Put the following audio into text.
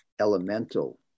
elemental